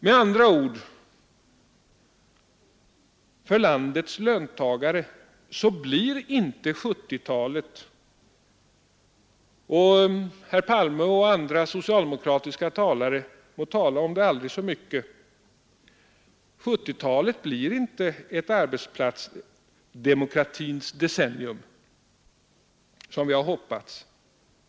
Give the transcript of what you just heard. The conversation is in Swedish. Med andra ord: för landets löntagare blir inte 1970-talet — herr Palme och andra socialdemokratiska talare må lägga ut texten om det aldrig så mycket — ett arbetsplatsdemokratins decennium, som vi har hoppats på.